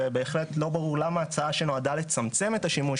ובהחלט לא ברור למה הצעה שנועדה לצמצם את השימוש